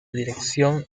dirección